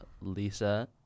Lisa